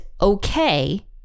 okay